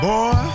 Boy